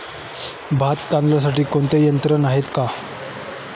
भात तोडण्यासाठी कोणती यंत्रणा आहेत का?